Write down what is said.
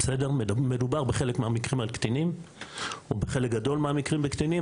מדובר בחלק מהמקרים על קטינים או בחלק גדול מהמקרים בקטינים,